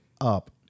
up